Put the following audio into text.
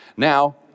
Now